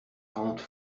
rente